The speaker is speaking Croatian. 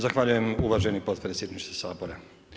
Zahvaljujem uvaženi potpredsjedniče Sabora.